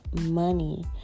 money